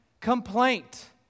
complaint